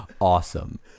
Awesome